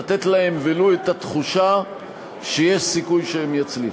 לתת להם ולו את התחושה שיש סיכוי שהם יצליחו,